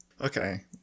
Okay